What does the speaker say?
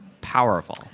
powerful